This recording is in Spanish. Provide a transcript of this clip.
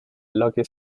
lucky